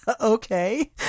Okay